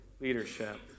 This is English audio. leadership